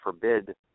forbid